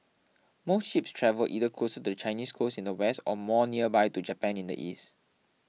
most ships travel either closer to the Chinese coast in the west or more nearby to Japan in the east